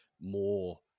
more